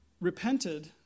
repented